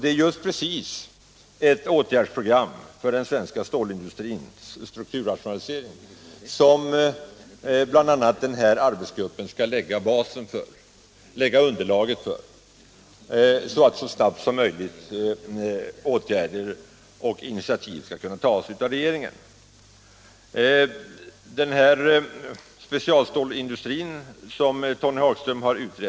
Det är nämligen just precis ett åtgärdsprogram för den svenska stålindustrins strukturrationalisering som bl.a. den här arbetsgruppen skall lägga underlaget för, så att åtgärder skall kunna vidtas så snabbt som möjligt av regeringen. Den rapport om specialstålindustrins situation som fil. dr.